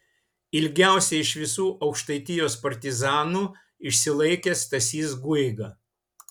ilgiausiai iš visų aukštaitijos partizanų išsilaikė stasys guiga